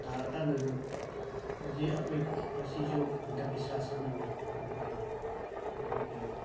ꯅꯥꯔꯀꯥꯟꯗꯁꯨ ꯗꯨ ꯃꯁꯤ ꯑꯩꯈꯣꯏ ꯃꯁꯤꯁꯨ ꯑꯟꯗꯕꯤꯁꯋꯥꯁ ꯑꯃꯅꯤ ꯑꯗꯨꯒ ꯑꯩꯈꯣꯏꯒꯤ